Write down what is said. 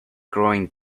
growing